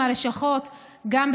שר הבריאות ניצן הורוביץ, בבקשה.